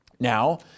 Now